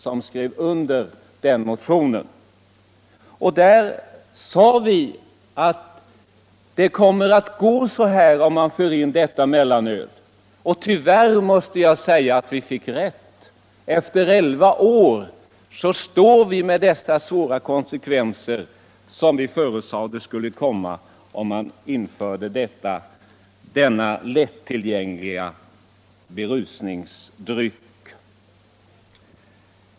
I motionen sade vi att det skulle gå så här om man införde detta mellanöl. Tyvärr fick vi rätt. Efter elva år har vi fått dessa svåra konsekvenser som vi förutsade skulle komma om man införde denna lättillgängliga berusningsdryck.